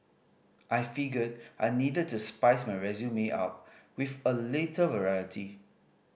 I figured I needed to spice my resume up with a little variety